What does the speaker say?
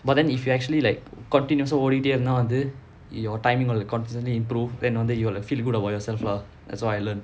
but then if you actually like continous ஓடிட்டே இருந்த வந்து:ooditae iruntha vanthu your timing will constantly improve then one day you will feel good about yourself lah that's what I learnt